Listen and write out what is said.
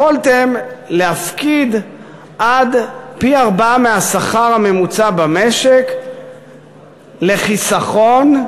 יכולתם להפקיד עד פי-ארבעה מהשכר הממוצע במשק לחיסכון,